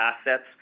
assets